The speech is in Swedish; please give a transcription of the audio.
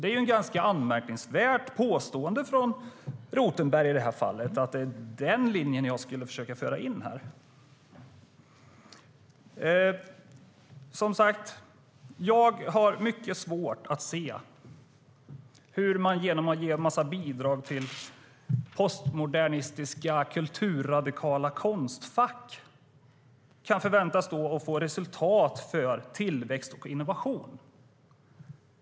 Det är ju ett ganska anmärkningsvärt påstående från Rothenberg att det är den linjen som jag försöker att föra in här. Som sagt, jag har mycket svårt att se hur man genom att ge en massa bidrag till postmodernistiska kulturradikala Konstfack kan förvänta sig tillväxt och innovation som resultat.